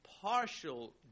partial